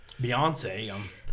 Beyonce